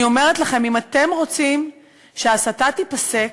אני אומרת לכם, אם אתם רוצים שההסתה תיפסק,